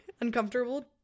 Uncomfortable